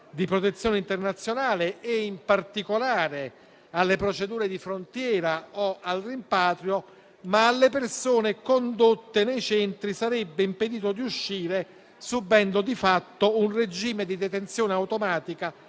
di protezione internazionale e, in particolare, alle procedure di frontiera o al rimpatrio, ma alle persone condotte nei centri sarebbe impedito di uscire, subendo di fatto un regime di detenzione automatica